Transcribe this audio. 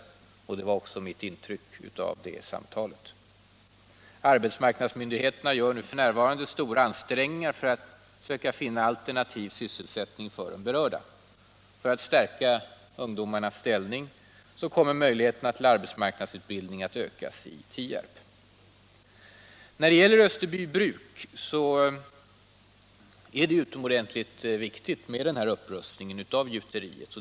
Att så inte blir fallet är också mitt intryck av samtalet med direktör Sundblad. Arbetsmarknadsmyndigheterna gör f. n. stora ansträngningar för att finna alternativa sysselsättningar åt de berörda. För att stärka ungdomarnas ställning kommer möjligheterna till arbetsmarknadsutbildning att ökas i Tierp. När det gäller Österbybruk är det utomordentligt viktigt med upprustningen av gjuteriet.